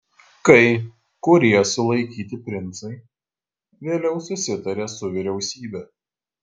kai kurie sulaikyti princai vėliau susitarė su vyriausybe